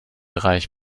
reich